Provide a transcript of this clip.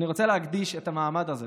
אני רוצה להקדיש את המעמד הזה